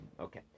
Okay